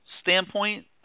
standpoint